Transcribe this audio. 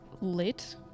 lit